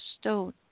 stone